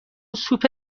سوپ